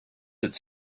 its